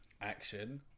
Action